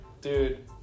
dude